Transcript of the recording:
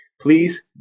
please